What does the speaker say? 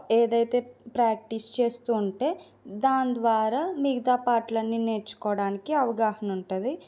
ఏదైతే ప్రాక్టీస్ చేస్తూ ఉంటే దాని ద్వారా మిగతా పాటలన్నీ నేర్చుకోవడానికి అవగాహన ఉంటుంది